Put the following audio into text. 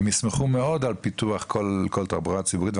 והם ישמחו מאד על פיתוח כל תחבורה הציבורית,